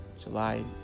July